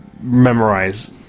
memorize